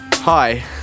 Hi